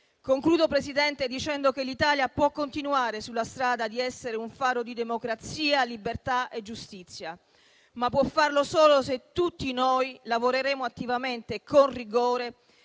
Concludo, signor Presidente, dicendo che l'Italia può continuare sulla strada di essere un faro di democrazia, libertà e giustizia, ma può farlo solo se tutti noi lavoreremo attivamente con rigore